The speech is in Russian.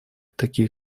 такие